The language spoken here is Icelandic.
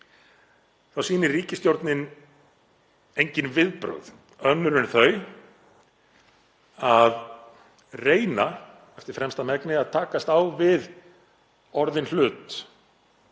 þá sýnir ríkisstjórnin engin viðbrögð önnur en þau að reyna eftir fremsta megni að takast á við orðinn hlut